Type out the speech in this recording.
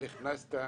נכון,